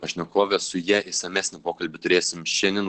pašnekovė su ja išsamesnį pokalbį turėsim šiandien